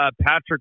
Patrick